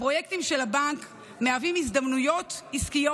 הפרויקטים של הבנק מהווים הזדמנויות עסקיות